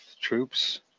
troops